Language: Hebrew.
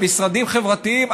למשרדים חברתיים?